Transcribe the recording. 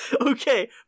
Okay